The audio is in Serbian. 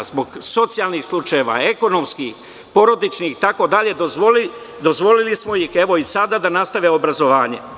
Zbog socijalnih slučajeva, ekonomskih, porodičnih itd, dozvolili smo, evo ih i sada, da nastave obrazovanje.